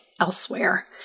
elsewhere